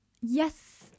yes